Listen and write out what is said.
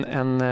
en